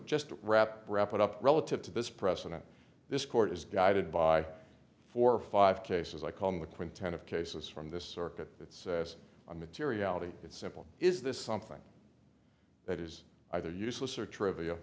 just wrap wrap it up relative to this precedent this court is guided by four five cases i call the quintet of cases from this circuit it's a materiality it's simple is this something that is either useless or trivia